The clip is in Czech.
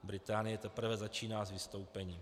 Británie teprve začíná s vystoupením.